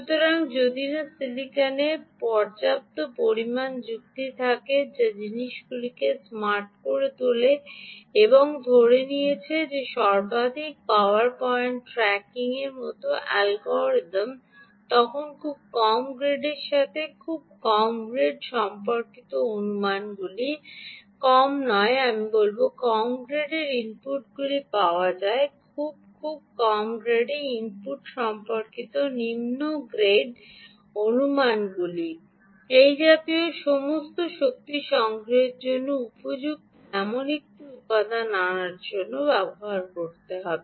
সুতরাং যদি না সিলিকনে পর্যাপ্ত পরিমাণ যুক্তি থাকে যা জিনিসগুলিকে স্মার্ট করে তোলে এবং ধরে নিয়েছে যে সর্বাধিক পাওয়ার পয়েন্ট ট্র্যাকিংয়ের মতো অ্যালগরিদম তখন খুব কম গ্রেডের সাথে খুব কম গ্রেড সম্পর্কিত অনুমানগুলি কম নয় আমি বলব কম গ্রেডের ইনপুটগুলি পাওয়া যায় খুব খুব কম গ্রেড ইনপুট সম্পর্কিত নিম্ন গ্রেড অনুমানগুলি এ জাতীয় সমস্ত শক্তি সংগ্রহের জন্য উপযুক্ত এমন একটি উপাদান আনার জন্য করতে হবে